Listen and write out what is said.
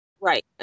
Right